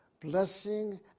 Blessing